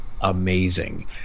amazing